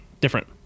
different